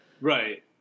Right